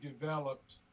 developed